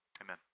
amen